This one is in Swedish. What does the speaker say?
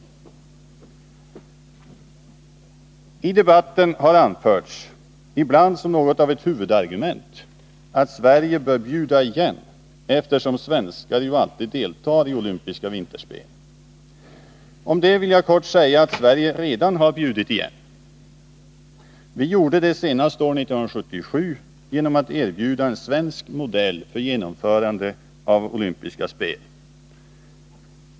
I debatten har anförts, ibland som något av ett huvudargument, att Sverige bör bjuda igen eftersom svenskar alltid deltar i olympiska vinterspel. Här vill jag kortfattat säga att Sverige redan har bjudit igen. Vi gjorde det senast år 1977 genom att erbjuda en svensk modell för genomförandet av de olympiska vinterspelen.